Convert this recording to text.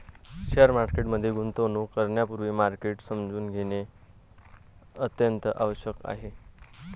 share market मध्ये गुंतवणूक करण्यापूर्वी मार्केट समजून घेणे अत्यंत आवश्यक आहे